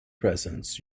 presents